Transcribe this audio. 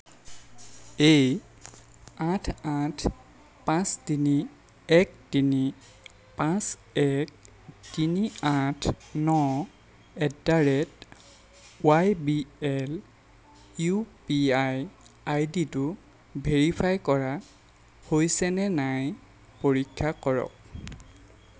এই আঠ আঠ পাঁচ তিনি এক তিনি পাঁচ এক তিনি আঠ ন at the rate Y B L U P I আইডিটো ভেৰিফাই কৰা হৈছেনে নাই পৰীক্ষা কৰক